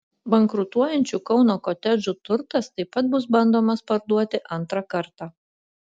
bankrutuojančių kauno kotedžų turtas taip pat bus bandomas parduoti antrą kartą